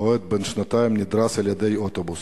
פעוט בן שנתיים נדרס על-ידי אוטובוס,